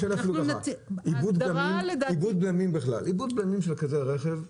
איבוד בלמים של רכב כזה,